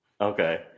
Okay